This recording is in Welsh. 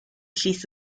llys